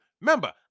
remember